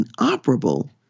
inoperable